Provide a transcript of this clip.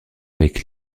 avec